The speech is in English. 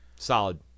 Solid